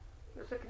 אני עושה קניות,